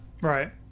Right